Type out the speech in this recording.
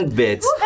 bits